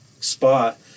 spot